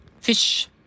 Fish